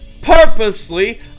purposely